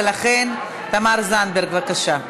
ולכן, תמר זנדברג, בבקשה.